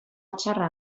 txarra